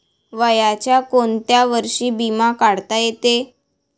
वयाच्या कोंत्या वर्षी बिमा काढता येते?